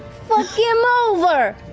fuck him over!